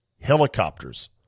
helicopters